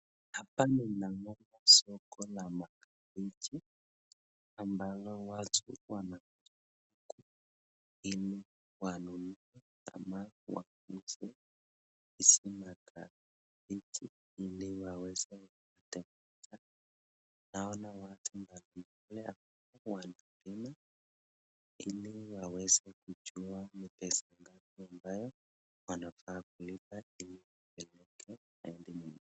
hapana ni namna soko la makazi ambalo watu wana ili wanunue ama wakodishe isima ka ili waweze naona watu wengi wanapendelea kuwanunua ili waweze kujua ni pesa ngapi ambayo wanatakiwa kulipa